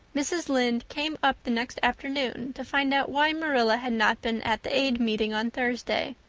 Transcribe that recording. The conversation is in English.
mrs. lynde came up the next afternoon to find out why marilla had not been at the aid meeting on thursday.